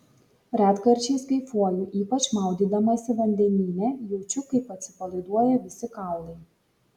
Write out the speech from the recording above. retkarčiais kaifuoju ypač maudydamasi vandenyne jaučiu kaip atsipalaiduoja visi kaulai